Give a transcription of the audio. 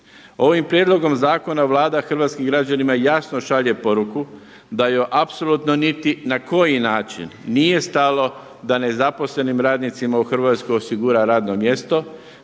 Ovim prijedlogom zakona Vlada hrvatskim građanima jasno šalje poruku, da joj apsolutno niti na koji način nije stalo da nezaposlenim radnicima u Hrvatskoj osigura radno mjesto,